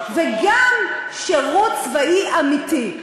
וגם שירות צבאי אמיתי.